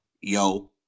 yo